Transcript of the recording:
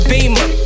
Beamer